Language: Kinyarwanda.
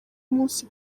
umunsi